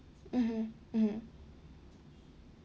mmhmm mmhmm